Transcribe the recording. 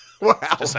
Wow